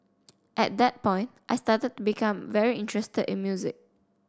at that point I started to become very interested in music